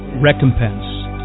recompense